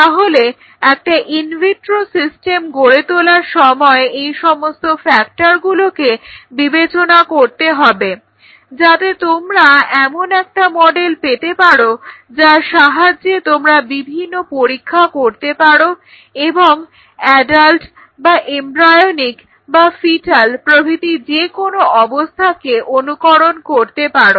তাহলে একটা in vitro system গড়ে তোলার সময় এই সমস্ত ফ্যাক্টরগুলোকে বিবেচনা করতে হবে যাতে তোমরা এমন একটা মডেল পেতে পারো যার সাহায্যে তোমরা বিভিন্ন পরীক্ষা করতে পারো এবং অ্যাডাল্ট বা এমব্রায়োনিক বা ফিটাল প্রভৃতি যেকোনো অবস্থাকে অনুকরণ করতে পারো